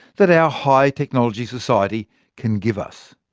that our high-technology society can give us.